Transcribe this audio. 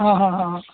હા હા હા